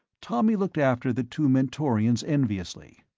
tommy looked after the two mentorians enviously.